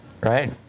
right